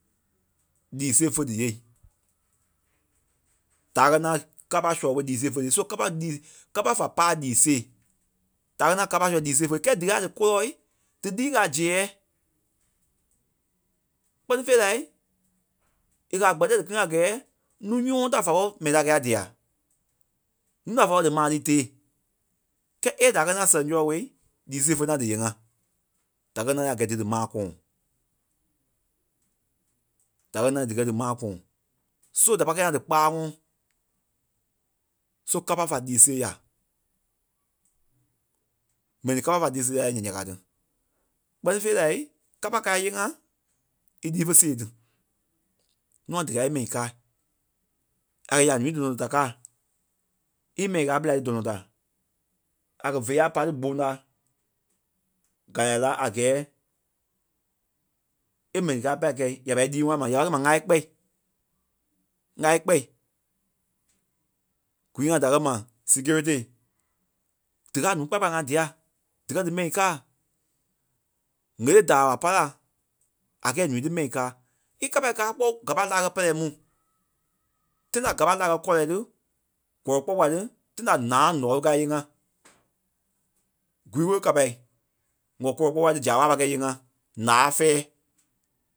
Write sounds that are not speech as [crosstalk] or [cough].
lii sêe fé díyêei dâa kɛ́ nâa [hesitation] kâpa sɔlɔ ɓói lii sêe fé díyêei so kâpa líi- kâpa fa pá a lii sêei. Dâa kɛ́ nâa kâpa sɔlɔ ɓói lii sêe fé dí, kɛ́ɛ díkɛɛ a dí kôloɔi, dílii è kɛ̀ a zèɛɛ. Kpɛ́ni fêi lai, è kɛ̀ a gbɛ̀tɛɛ dí kíli ŋá a gɛ́ɛ núu nyɔ́ŋɔɔ tá fa pɔ̂ri mɛi tá kɛ̂i a dîa. Núu da fa pɔ̂ri dí maa liî teêi, kɛ́ èei da kɛ́ na sɛŋ sɔlɔ ɓôi lii sêe fé na díyee ŋá da kɛ́ na liî a gɛ́ɛ dí dí maa kɔ̃ɔ, da kɛ́ na díkɛ dí maa kɔ̃ɔ. So da pâi kɛ̂i a dí kpáaŋɔɔ so kâpa fa lii sêe yà. M̀ɛnii kâpa fa lii sêe ya lai ǹya ká tí, kpɛ́ni fêi lai kâpa káa íyee ŋá ílii fé sèe tí nûa díkaa í mɛi káai a kɛ ya ǹúui dɔnɔ da kâa, í mɛi káa ɓelai tí dɔnɔ da a kɛ̀ vé ya pá tí gbôŋ na, gãlai lá a gɛ́ɛ é m̀ɛnii káa pâi kɛ̂i ya pâi ílii ŋwánai ma ya pâi kɛ́i ma ŋ́gaa í kpɛ́i, ŋ́gaa í kpɛ́i, gwii ŋai da kɛ ma security. Díkaa ǹúu kpaya kpaya ŋai dîa díkɛ dí mɛi kâa ŋ̀elei da a wàla pá la a gɛ́ɛ é ǹúui tí mɛi káa, í kâpai káa kpɔ́ gâpai lâai kɛ́ pɛrɛi mu tãi da gâpa lâai kɛ́ kɔlɔi tí, gɔlɔ kpua kpuai tí tãi da ǹáaŋ ǹɔɔlu káa íyee ŋá kwii kole kâpai ŋɔ kɔlɔ kpua kpuai tí zaaɓa a pâi kɛ̂i íyee ŋá ǹáa fɛ́ɛ.